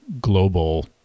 global